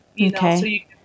Okay